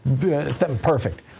Perfect